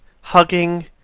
hugging